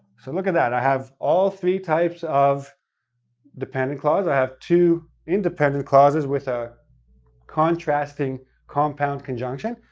so look at that, i have all three types of dependent clause. i have two independent clauses with a contrasting compound conjunction,